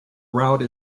route